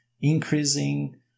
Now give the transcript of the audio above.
increasing